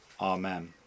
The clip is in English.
Amen